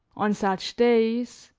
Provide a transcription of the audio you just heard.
on such days,